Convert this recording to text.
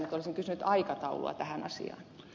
olisin kysynyt aikataulua tähän asiaan